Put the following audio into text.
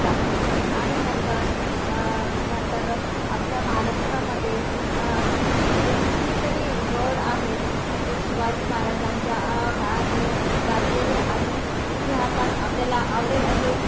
दाखवेल आणि नंतर नंतर आपल्या महाराष्ट्रामध्ये किती कितीतरी गड आहेत जे शिवाजी महाराजांच्या काळातले गाजलेले आणि इतिहासात आपल्याला आवडेल असे